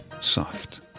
soft